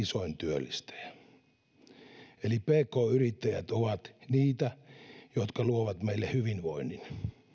isoin työllistäjä eli pk yrittäjät ovat niitä jotka luovat meille hyvinvoinnin